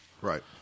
Right